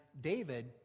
David